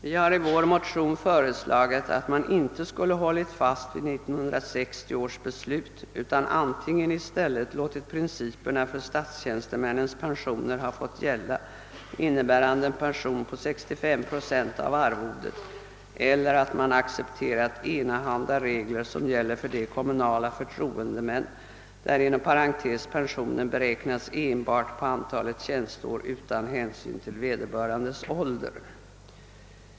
Vi har i vår motion föreslagit att man inte skulle hålla fast vid 1960 års beslut utan antingen i stället låtit principerna för statstjänstemännens pensioner ha fått gälla, innebärande en pension på 65 procent av arvodet, eller att man accepterat enahanda regler som gäller för de kommunala förtroendemännen, där inom parentes pensionen beräknas enbart på antal tjänsteår utan hänsyn till vederbörandes ålder.